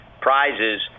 prizes